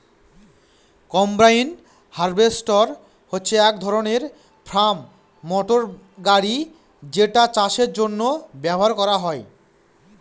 combine harvester হচ্ছে এক ধরনের ফার্ম মটর গাড়ি যেটা চাষের জন্য ব্যবহার করা হয়